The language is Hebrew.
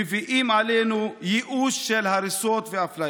מביאים עלינו ייאוש של הריסות ואפליה.